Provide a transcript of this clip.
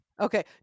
Okay